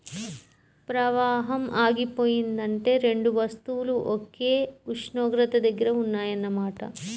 ప్రవాహం ఆగిపోయిందంటే రెండు వస్తువులు ఒకే ఉష్ణోగ్రత దగ్గర ఉన్నాయన్న మాట